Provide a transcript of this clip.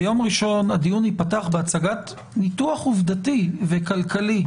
ביום ראשון הדיון ייפתח בהצגת ניתוח עובדתי וכלכלי.